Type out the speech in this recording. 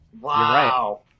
Wow